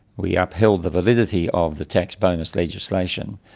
we upheld the validity of the tax bonus legislation.